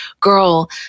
girl